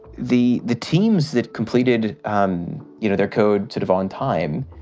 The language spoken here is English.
the the teams that completed um you know their code sort of on time,